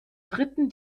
dritten